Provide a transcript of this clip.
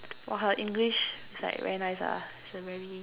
!wah! her English is like very nice lah it's a very